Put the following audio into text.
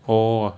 oh